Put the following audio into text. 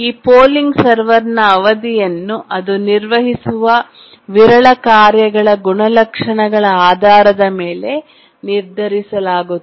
ಈ ಪೋಲಿಂಗ್ ಸರ್ವರ್ನ ಅವಧಿಯನ್ನು ಅದು ನಿರ್ವಹಿಸುವ ವಿರಳ ಕಾರ್ಯಗಳ ಗುಣಲಕ್ಷಣಗಳ ಆಧಾರದ ಮೇಲೆ ನಿರ್ಧರಿಸಲಾಗುತ್ತದೆ